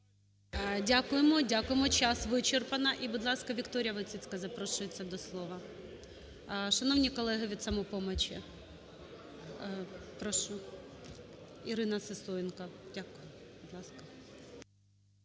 Дякуємо. Дякуємо, час вичерпано. І, будь ласка, Вікторія Войціцька запрошується до слова. Шановні колеги від "Самопомочі"! Прошу. Ірина Сисоєнко, будь